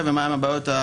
לשינויים.